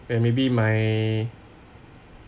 and maybe my